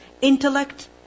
intellect